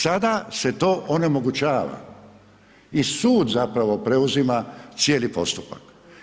Sada se to onemogućava i sud zapravo preuzima cijeli postupak.